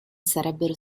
sarebbero